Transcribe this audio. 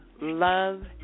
love